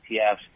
ETFs